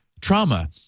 trauma